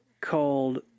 Called